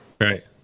right